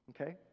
Okay